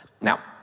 Now